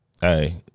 hey